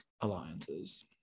alliances